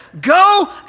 go